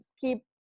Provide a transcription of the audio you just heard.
keep